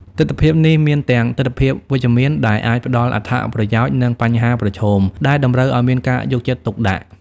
ទិដ្ឋភាពនេះមានទាំង ទិដ្ឋភាពវិជ្ជមាន ដែលអាចផ្ដល់អត្ថប្រយោជន៍ និង បញ្ហាប្រឈម ដែលតម្រូវឲ្យមានការយកចិត្តទុកដាក់។